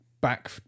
back